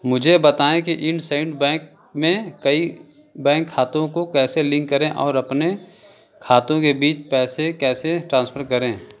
मुझे बताएँ कि इंडसइंड बैंक में कई बैंक खातों को कैसे लिंक करें और मेरे अपने खातों के बीच पैसे कैसे ट्रांसफर करें